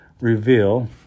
reveal